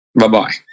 Bye-bye